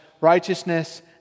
righteousness